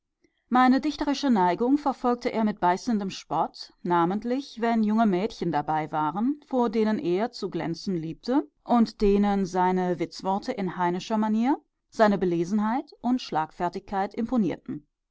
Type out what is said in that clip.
meine dichterische neigung verfolgte er mit beißendem spott namentlich wenn junge mädchen dabei waren vor denen er zu glänzen liebte und denen seine witzworte in heinescher manier seine belesenheit und schlagfertigkeit imponierten